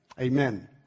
amen